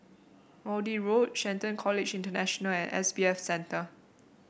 Maude Road Shelton College International and S B F Center